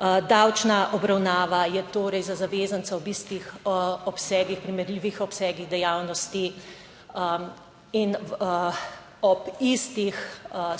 Davčna obravnava je torej za zavezance ob istih obsegih, primerljivih obsegih dejavnosti in ob istih